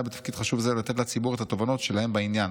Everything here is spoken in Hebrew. בתפקיד חשוב זה ולתת לציבור את התובנות שלהם בעניין,